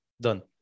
done